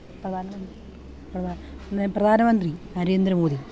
പ്രധാനമന്ത്രി പ്രധാനമന്ത്രി നരേന്ദ്ര മോദി